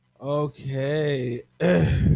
Okay